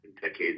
decades